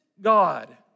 God